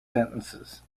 sentences